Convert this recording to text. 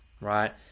right